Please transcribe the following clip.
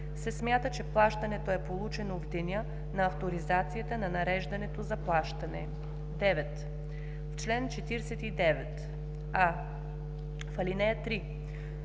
се смята, че плащането е получено в деня на авторизацията на нареждането за плащане.” 9. В чл. 49: а) в ал. 3